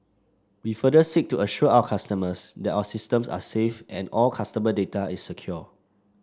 we further seek to assure our customers that our systems are safe and all customer data is secure